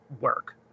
work